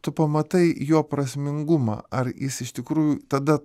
tu pamatai jo prasmingumą ar jis iš tikrųjų tada